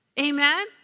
Amen